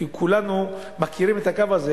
כי כולנו מכירים את הקו הזה,